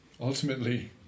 ultimately